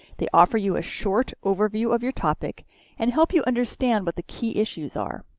they offer you a short overview of your topic and help you understand what the key issues are.